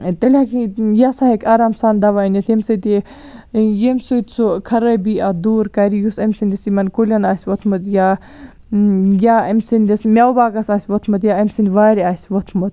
تیلہ ہیٚکہ یہِ ہَسا ہیٚکہ آرام سان دَوا أنتھ ییٚمہِ سۭتۍ یہِ ییٚمہِ سۭتۍ سُہ خرٲبی اتھ دوٗر کرِ یُس أمۍ سِنٛدس یِمن کُلٮ۪ن اسہِ وتھمُت یا یا أمۍ سٕنٛدس میوٕ باغس آسہِ وتھمُت یا أمۍ سِنٛدِ وارٕ آسہَ وتھمُت